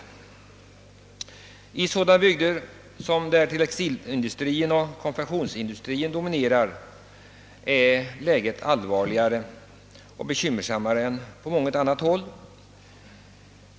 I sådana bygder där textiloch konfektionsindustrierna dominerar är läget särskilt allvarligt och bekymmersamt.